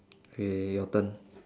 okay your turn